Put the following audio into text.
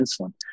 insulin